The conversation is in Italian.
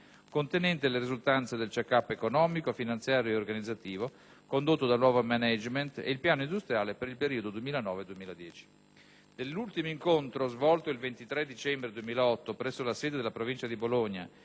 contenente le risultanze del *chek-up* economico, finanziario e organizzativo condotto dal nuovo *management* e il piano industriale per il periodo 2009-2010. Nell'ultimo incontro, svolto il 23 dicembre 2008 presso la sede della Provincia di Bologna,